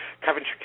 Coventry